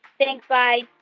thanks. bye